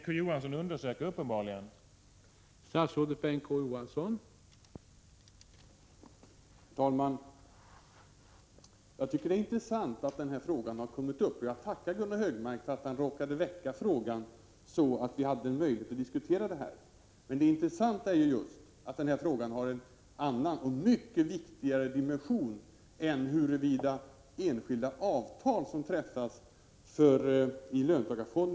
Å. Johansson uppenbarligen inte undersöka.